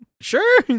Sure